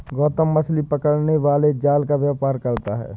गौतम मछली पकड़ने वाले जाल का व्यापार करता है